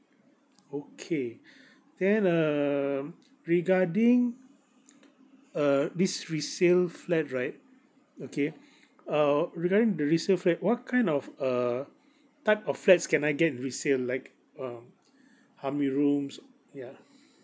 okay then um regarding uh this resale flat right okay uh regarding the resale flat what kind of uh type of flats can I get resale like uh how many rooms yeah